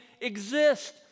exist